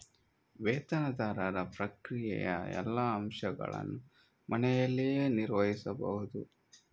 ವೇತನದಾರರ ಪ್ರಕ್ರಿಯೆಯ ಎಲ್ಲಾ ಅಂಶಗಳನ್ನು ಮನೆಯಲ್ಲಿಯೇ ನಿರ್ವಹಿಸಬಹುದು